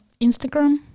Instagram